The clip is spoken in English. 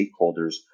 stakeholders